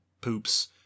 poops